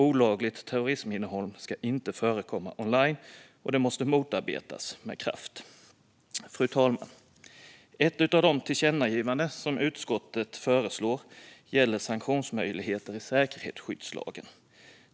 Olagligt terrorisminnehåll ska inte förekomma online, och det måste motarbetas med kraft. Fru talman! Ett av de tillkännagivanden som utskottet föreslår gäller sanktionsmöjligheter i säkerhetsskyddslagen.